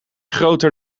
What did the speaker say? groter